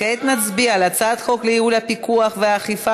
כעת נצביע על הצעת חוק לייעול הפיקוח והאכיפה